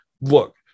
look